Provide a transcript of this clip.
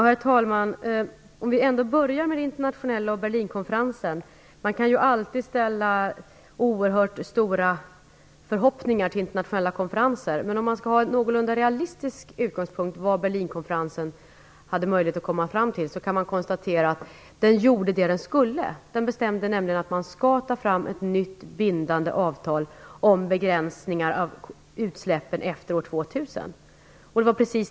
Herr talman! Jag börjar ändock med de internationella frågorna och Berlinkonferensen. Man kan alltid ställa oerhört stora förhoppningar till internationella konferenser. Om man skall ha en någorlunda realistisk utgångspunkt när det gäller vad Berlinkonferensen hade möjlighet att komma fram till, kan man konstatera att den gjorde vad den skulle. Konferensen bestämde nämligen att man skall ta fram ett nytt bindande avtal om begränsningar av utsläppen efter år 2000.